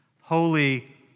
Holy